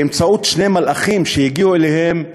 באמצעות שני מלאכים שהגיעו אליהם: